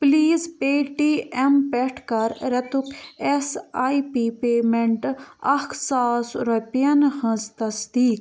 please Paytm پٮ۪ٹھ کَر رٮ۪تُک اٮ۪س آی پی پیمٮ۪نٛٹ اَکھ ساس رۄپیَن ہٕنٛز تصدیٖق